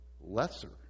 lesser